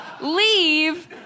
leave